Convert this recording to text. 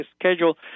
schedule